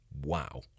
wow